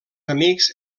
amics